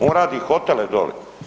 On radi hotele dole.